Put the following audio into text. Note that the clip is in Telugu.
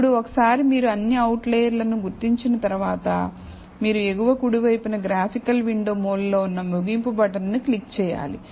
ఇప్పుడు ఒకసారి మీరు అన్ని అవుట్లైయర్లను గుర్తించిన తరువాత మీరు ఎగువ కుడి వైపున గ్రాఫికల్ విండో మూలలో ఉన్న ముగింపు బటన్ను క్లిక్ చేయాలి